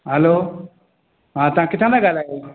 हलो हा तव्हां किथां तां ॻाल्हायो